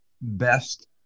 Best